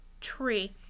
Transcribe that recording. tree